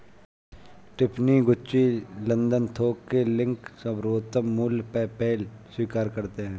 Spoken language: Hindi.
टिफ़नी, गुच्ची, लंदन थोक के लिंक, सर्वोत्तम मूल्य, पेपैल स्वीकार करते है